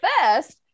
first